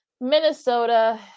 Minnesota